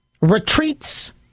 retreats